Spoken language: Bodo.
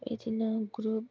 बिदिनो ग्रुप